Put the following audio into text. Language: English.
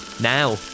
Now